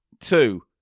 Two